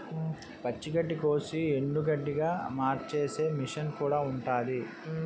పచ్చి గడ్డికోసి ఎండుగడ్డిగా మార్చేసే మిసన్ కూడా ఉంటాది